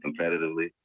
competitively